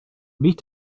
meet